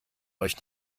euch